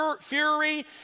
fury